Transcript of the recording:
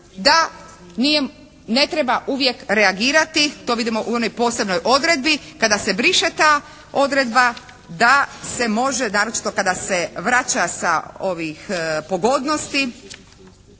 da ne treba uvijek reagirati. To vidimo u onoj posebnoj odredbi kada se briše ta odredba da se može naročito kada se vraća sa ovih pogodnosti